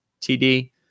TD